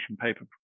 paper